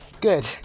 Good